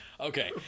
Okay